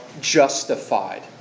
justified